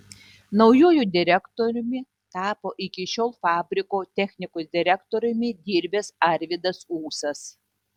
naujuoju direktoriumi tapo iki šiol fabriko technikos direktoriumi dirbęs arvydas ūsas